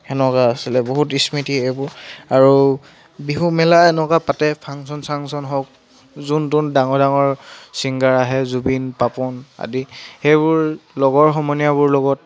সেনেকুৱা আছিলে বহুত স্মৃতি এইবোৰ আৰু বিহুমেলা এনেকুৱা পাতে ফাংচন চাংচন হওক যোন তোন ডাঙৰ ডাঙৰ ছিংগাৰ আহে জুবিন পাপন আদি সেইবোৰ লগৰ সমনীয়াবোৰৰ লগত